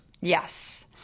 yes